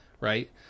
right